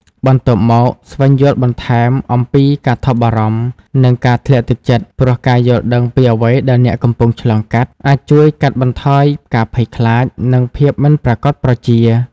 បន្ទាប់មក ស្វែងយល់បន្ថែមអំពីការថប់បារម្ភ និងការធ្លាក់ទឹកចិត្ត ព្រោះការយល់ដឹងពីអ្វីដែលអ្នកកំពុងឆ្លងកាត់ អាចជួយកាត់បន្ថយការភ័យខ្លាច និងភាពមិនប្រាកដប្រជា។